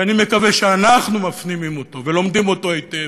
שאני מקווה שאנחנו מפנימים ולומדים היטב,